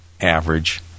average